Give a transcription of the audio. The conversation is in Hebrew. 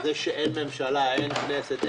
זה שאין ממשלה ואין כנסת,